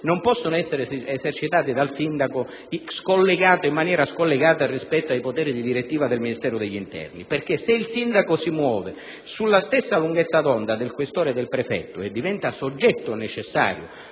non possono essere esercitati dal sindaco in maniera scollegata rispetto ai poteri di direttiva del Ministero dell'interno. Infatti, se il sindaco si muove sulla stessa lunghezza d'onda del questore e del prefetto, diventando soggetto necessario